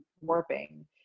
warping